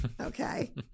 Okay